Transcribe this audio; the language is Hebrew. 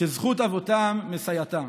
שזכות אבותם מסייעתן",